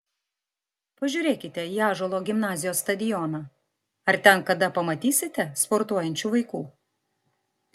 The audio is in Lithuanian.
pažiūrėkite į ąžuolo gimnazijos stadioną ar ten kada pamatysite sportuojančių vaikų